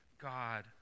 God